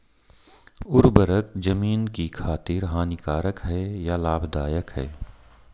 उर्वरक ज़मीन की खातिर हानिकारक है या लाभदायक है?